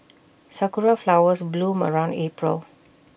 Sakura Flowers bloom around April